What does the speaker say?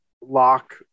Lock